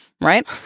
Right